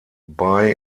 bei